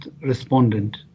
respondent